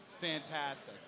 fantastic